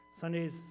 sundays